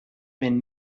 been